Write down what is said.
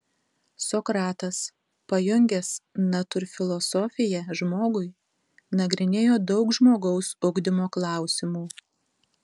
sokratas pajungęs natūrfilosofiją žmogui nagrinėjo daug žmogaus ugdymo klausimų